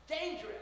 dangerous